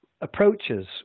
approaches